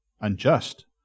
unjust